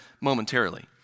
momentarily